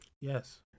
Yes